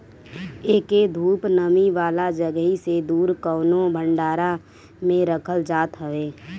एके धूप, नमी वाला जगही से दूर कवनो भंडारा में रखल जात हवे